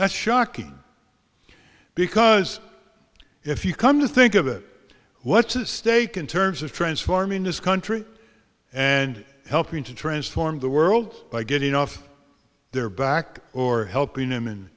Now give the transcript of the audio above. that's shocking because if you come to think of it what's at stake in terms of transforming this country and helping to transform the world by getting off their back or helping